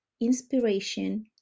inspiration